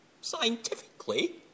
scientifically